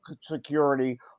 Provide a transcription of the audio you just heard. Security